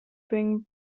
bring